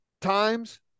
times